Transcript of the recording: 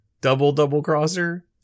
Double-double-crosser